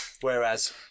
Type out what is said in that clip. Whereas